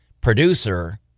producer